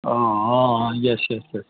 ہاں ہاں yes yes یس